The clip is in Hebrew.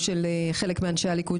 ישבו אנשים,